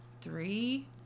three